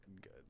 good